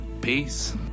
Peace